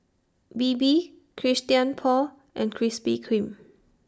Bebe Christian Paul and Krispy Kreme